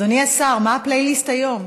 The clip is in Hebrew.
אדוני השר, מה הפלייליסט היום?